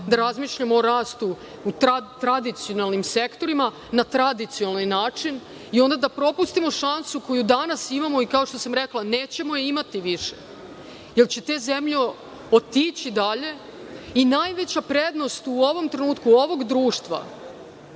da razmišljamo o rastu u tradicionalnim sektorima na tradicionalni način i onda da propustimo šansu koju danas imamo. Kao što sam rekla nećemo je imati više, jer će te zemlje otići dalje i najveća prednost u ovom trenutku ovog društva,